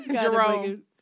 Jerome